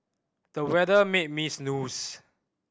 the weather made me